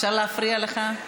אפשר להפריע לך?